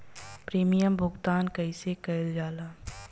Premium भुगतान कइसे कइल जाला?